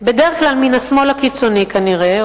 בדרך כלל מהשמאל הקיצוני כנראה,